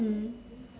mm